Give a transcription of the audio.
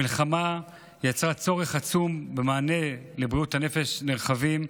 המלחמה יצרה צורך עצום במעני בריאות נרחבים.